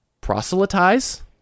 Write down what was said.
proselytize